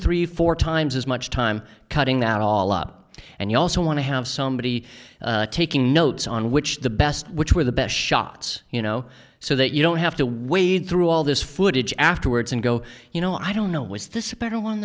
three four times as much time cutting that all up and you also want to have somebody taking notes on which the best which were the best shots you know so that you don't have to wade through all this footage afterwards and go you know i don't know was this a better one